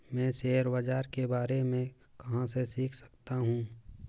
मैं शेयर बाज़ार के बारे में कहाँ से सीख सकता हूँ?